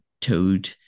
Toad